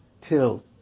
Till